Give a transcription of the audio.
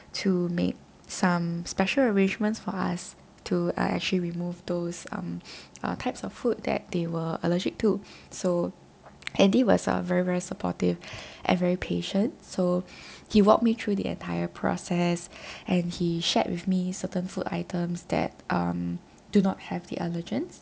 to make some special arrangements for us to uh actually remove those um uh types of food that they were allergic to so andy was uh very very supportive and very patient so he walked me through the entire process and he shared with me certain food items that um do not have the allergens